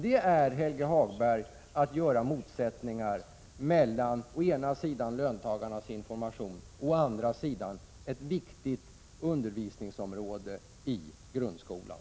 Det är, Helge Hagberg, att skapa motsättningar mellan å ena sidan löntagarnas information och å andra sidan ett viktigt undervisningsområde i grundskolan.